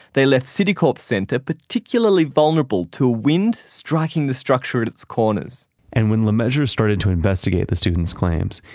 they left citicorp center particularly vulnerable to wind striking the structure at its corners and when lemessurier started to investigate the student's claims,